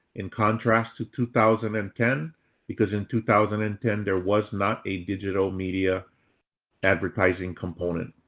in contrast to two thousand and ten because in two thousand and ten, there was not a digital media advertising component.